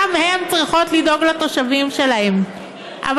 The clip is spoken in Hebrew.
הן צריכות לדאוג לתושבים שלהם אבל